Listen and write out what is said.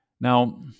Now